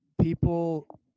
people